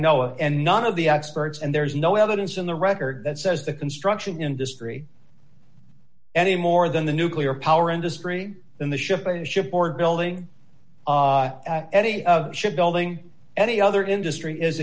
of and none of the experts and there's no evidence in the record that says the construction industry anymore than the nuclear power industry in the ship a ship or building any ship building any other industry is